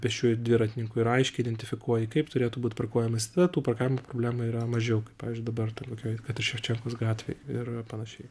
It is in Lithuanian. pėsčiųjų ir dviratininkų ir aiškiai identifikuoji kaip turėtų būt pakuojamasi tada tų pakavimo problemų yra mažiau kaip pavyzdžiui dabar ten kokioj kad ir ševčenkos gatvėj ir panašiai